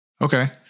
Okay